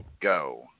go